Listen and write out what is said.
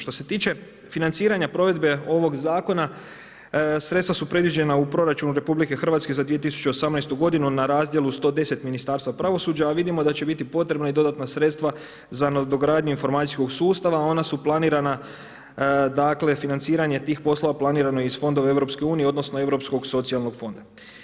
Što se tiče financiranja provedbe ovoga zakona, sredstva su predviđena u proračunu Republike Hrvatske za 2018. godinu na razdjelu 110 Ministarstva pravosuđa, a vidimo da će biti potrebna i dodatna sredstva za nadogradnju informacijskog sustava, a ona su planirana dakle financiranje tih poslova planirano je iz fonda Europske unije odnosno Europskog socijalnog fonda.